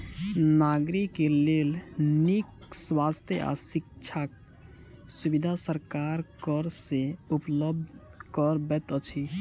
नागरिक के लेल नीक स्वास्थ्य आ शिक्षाक सुविधा सरकार कर से उपलब्ध करबैत अछि